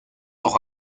auch